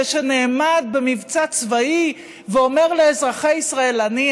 זה שנעמד במבצע צבאי ואומר לאזרחי ישראל: אני,